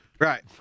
Right